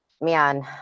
Man